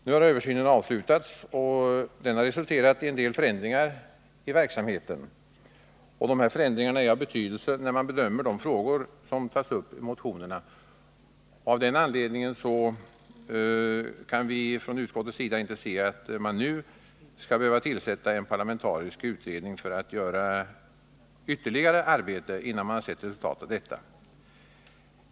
Nu har översynen avslutats och resulterat i en del förändringar i verksamheten, och dessa förändringar är av betydelse när man bedömer de frågor som tas upp i motionerna. Av den anledningen kan vi från utskottets sida inte se att man nu skall behöva tillsätta en parlamentarisk utredning för att göra ytterligare arbete innan man sett resultat av detta.